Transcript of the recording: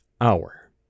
Hour